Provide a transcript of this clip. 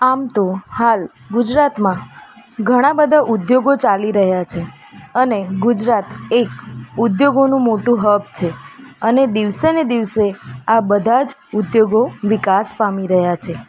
આમ તો હાલ ગુજરાતમાં ઘણા બધા ઉદ્યોગો ચાલી રહ્યા છે અને ગુજરાત એક ઉદ્યોગોનું મોટું હબ છે અને દિવસેને દિવસે આ બધા જ ઉદ્યોગો વિકાસ પામી રહયા છે